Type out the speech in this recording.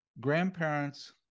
grandparents